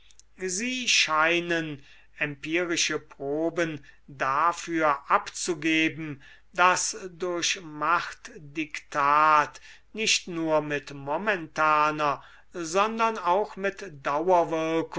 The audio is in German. sie scheinen empirische proben dafür abzugeben daß durch machtdiktat nicht nur mit momentaner sondern auch mit